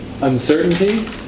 uncertainty